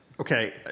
Okay